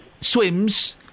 swims